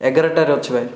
ଏଗାରଟାରେ ଅଛି ଭାଇ